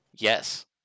Yes